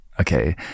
Okay